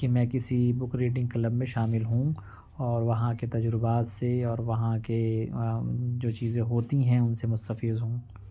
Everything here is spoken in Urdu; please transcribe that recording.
کہ میں کسی بک ریڈنگ کلب میں شامل ہوں اور وہاں کے تجربات سے اور وہاں کے جو چیزیں ہوتی ہیں ان سے مستفیض ہوں